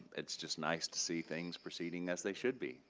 it's just nice to see things proceeding as they should be.